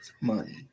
money